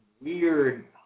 weird